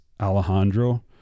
Alejandro